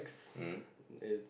it's